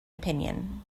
opinion